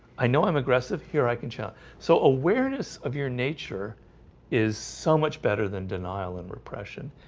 i know i'm aggressive here. i can show so awareness of your nature is so much better than denial and repression.